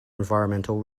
environmental